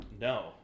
No